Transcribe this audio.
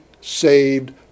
saved